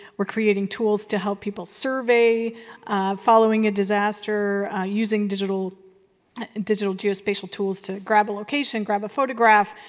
we're creating tools to help people survey following a disaster, using digital and digital geospatial tools to grab a location, grab a photograph,